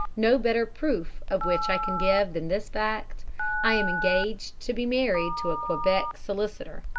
no better proof of which i can give than this fact i am engaged to be married to a quebec solicitor!